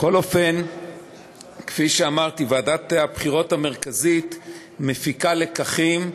כפי שאמרתי, ועדת הבחירות המרכזית מפיקה לקחים.